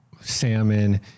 salmon